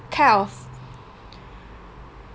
kind of